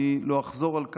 אני לא אחזור על כך,